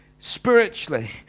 spiritually